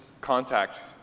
contact